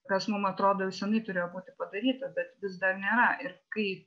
kas mum atrodo jau senai turėjo būti padaryta bet vis dar nėra ir kai